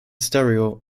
stereo